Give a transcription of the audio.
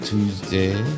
Tuesday